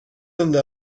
donde